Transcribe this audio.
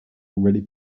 already